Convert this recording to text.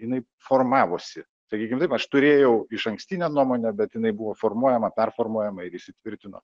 jinai formavosi sakykim taip aš turėjau išankstinę nuomonę bet jinai buvo formuojama performuojama ir įsitvirtino